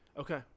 Okay